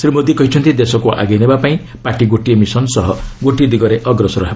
ଶ୍ରୀ ମୋଦି କହିଛନ୍ତି ଦେଶକୁ ଆଗେଇ ନେବା ପାଇଁ ପାର୍ଟି ଗୋଟିଏ ମିଶନ୍ ସହ ଗୋଟିଏ ଦିଗରେ ଅଗ୍ରସର ହେବ